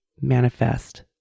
manifest